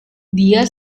dia